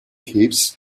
heaps